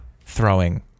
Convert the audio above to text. throwing